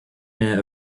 mayor